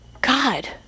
God